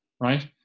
right